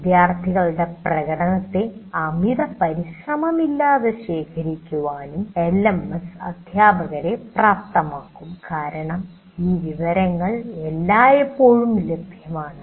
വിദ്യാർത്ഥികളുടെ പ്രകടനത്തെ അമിതപരിശ്രമമില്ലാതെ ശേഖരിക്കാനും എൽഎംഎസ് അധ്യാപകരെ പ്രാപ്തമാക്കും കാരണം ആ വിവരങ്ങളെല്ലാം എല്ലായ്പ്പോഴും ലഭ്യമാണ്